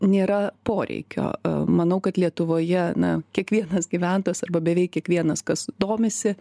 nėra poreikio manau kad lietuvoje na kiekvienas gyventojas arba beveik kiekvienas kas domisi